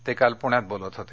ते काल प्ण्यात बोलत होते